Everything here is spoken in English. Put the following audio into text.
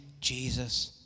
Jesus